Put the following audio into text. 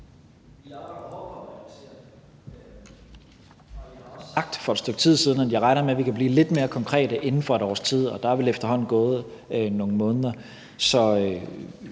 jeg har også sagt for et stykke tid siden, at jeg regner med, at vi kan blive lidt mere konkrete inden for et års tid, og der er vel efterhånden gået nogle måneder.